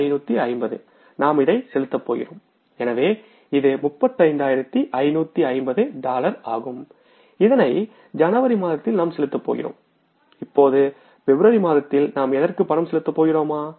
35550 நாம் இதை செலுத்தப் போகிறோம்எனவே இது 35550 டாலர் செலுத்தப் போகிறோம் இதனை ஜனவரி மாதத்தில் நாம் செலுத்தப்போகிறோம்இப்போது பிப்ரவரி மாதத்தில் நாம் எதற்கும் பணம் செலுத்தப் போகிறோமா